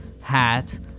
hats